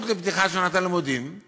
בישראל הפקידים ממשיכים לעבוד, הם לא מתחלפים.